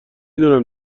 دونم